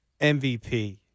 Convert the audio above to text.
MVP